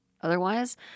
Otherwise